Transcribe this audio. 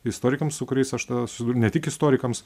istorikams su kuriais aš tada susidūriau ne tik istorikams